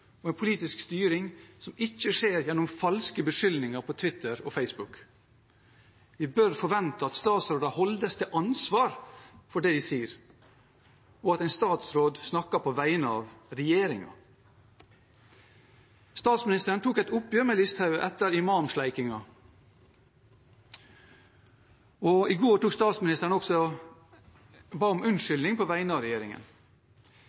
og en politisk styring som ikke skjer gjennom falske beskyldninger på Twitter og Facebook. Vi bør forvente at statsråder holdes til ansvar for det de sier, og at en statsråd snakker på vegne av regjeringen. Statsministeren tok et oppgjør med Listhaug etter «imamsleikinga», og i går ba statsministeren om